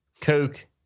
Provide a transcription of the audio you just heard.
coke